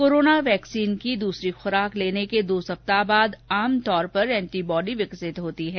corona vaccine की दूसरी खुराक लेने के दो सप्ताह बाद आम तौर पर एंटीबॉडी विकसित होती है